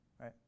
right